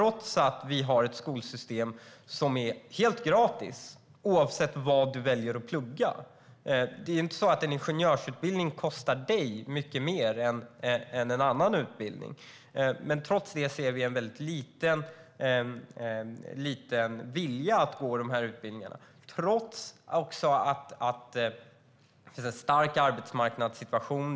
Vi har ju ett skolsystem som är helt gratis oavsett vad man väljer att plugga. En ingenjörsutbildning kostar inte mer än en annan utbildning. Trots det ser vi en mycket liten vilja att gå dessa utbildningar. Det är dessutom en stark arbetsmarknadssituation.